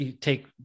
take